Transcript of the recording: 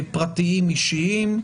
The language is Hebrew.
פרטיים אישיים.